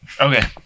Okay